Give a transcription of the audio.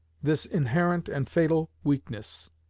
this inherent and fatal weakness?